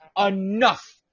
Enough